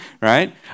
right